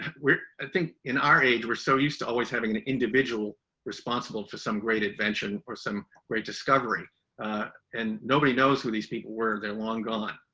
we're, i think in our age, we're so used to always having an individual responsible for some great invention or some great discovery and nobody knows who these people were. they're long gone,